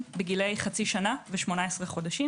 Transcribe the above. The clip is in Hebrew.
בגילאי חצי שנה ו-18 חודשים.